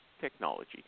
technology